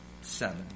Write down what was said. seven